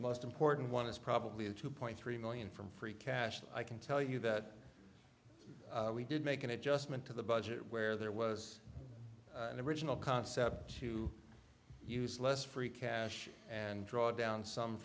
the most important one is probably of two point three million from free cash i can tell you that we did make an adjustment to the budget where there was an original concept to use less free cash and draw down some